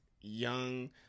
young